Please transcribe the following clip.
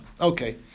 Okay